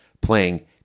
playing